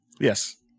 Yes